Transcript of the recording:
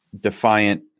defiant